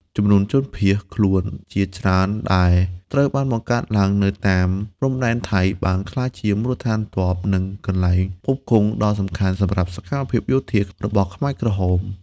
ជំរុំជនភៀសខ្លួនជាច្រើនដែលត្រូវបានបង្កើតឡើងនៅតាមព្រំដែនថៃ បានក្លាយជាមូលដ្ឋានទ័ព និងកន្លែងផ្គត់ផ្គង់ដ៏សំខាន់សម្រាប់សកម្មភាពយោធារបស់ខ្មែរក្រហម។